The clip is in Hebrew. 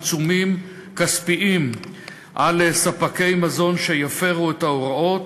עיצומים כספיים על ספקי מזון שיפרו את ההוראות,